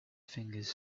fingers